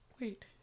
Wait